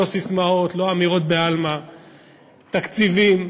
לא ססמאות, לא אמירות בעלמא, תקציבים,